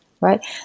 right